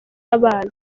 abana